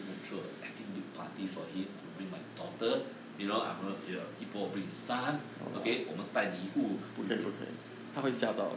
going throw a effing big party for him I bring my daughter you know I gonna ya~ 姨婆 will bring his son ahead okay 我们带礼物 u~